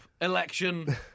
election